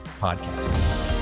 podcast